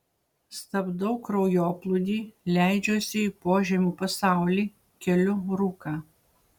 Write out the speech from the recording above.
stabdau kraujoplūdį leidžiuosi į požemių pasaulį keliu rūką